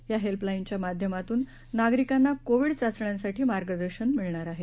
या हेल्पलाइनच्या माध्यमातून नागरिकांना कोविड चाचण्यांसाठी मार्गदर्शन मिळणार आहे